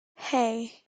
hey